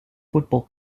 football